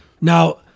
Now